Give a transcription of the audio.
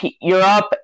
Europe